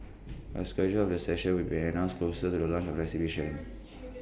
A schedule of the sessions will be announced closer to the launch of the exhibition